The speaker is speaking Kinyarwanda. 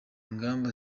ingamba